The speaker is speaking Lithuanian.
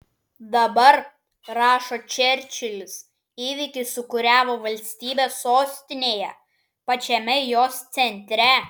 dabar rašo čerčilis įvykiai sūkuriavo valstybės sostinėje pačiame jos centre